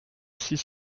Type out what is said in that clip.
six